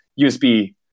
USB